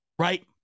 right